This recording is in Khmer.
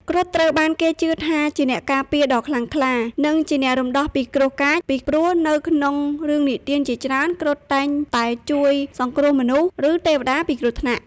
គ្រុឌត្រូវបានគេជឿថាជាអ្នកការពារដ៏ខ្លាំងក្លា និងជាអ្នករំដោះពីគ្រោះកាចពីព្រោះនៅក្នុងរឿងនិទានជាច្រើន គ្រុឌតែងតែជួយសង្គ្រោះមនុស្ស ឬទេវតាពីគ្រោះថ្នាក់។